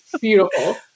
Beautiful